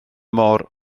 môr